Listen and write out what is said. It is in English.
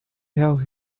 have